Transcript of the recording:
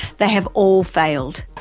they have all failed.